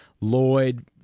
Lloyd